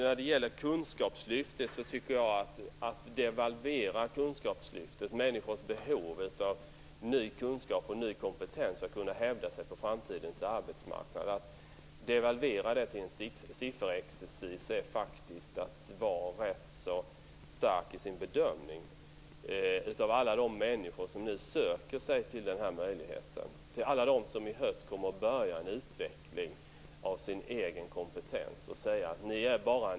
När det gäller kunskapslyftet, människors behov av ny kunskap och ny kompetens för att kunna hävda sig på framtidens arbetsmarknad, tycker jag att detta att devalvera det till sifferexercis är att vara rätt stark i bedömningen av alla de människor som nu söker sig till den här möjligheten, av alla dem som i höst kommer att börja en utveckling av sin egen kompetens.